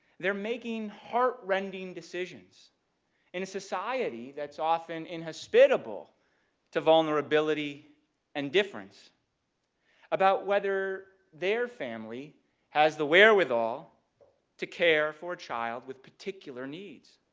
they're making heart-rending decisions in a society that's often inhospitable to vulnerability and difference about whether their family has the wherewithal to care for a child with particular needs.